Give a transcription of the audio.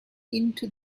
into